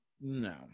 No